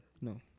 No